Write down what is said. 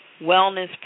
wellness